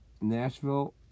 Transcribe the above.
Nashville